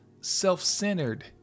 self-centered